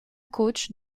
coach